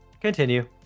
Continue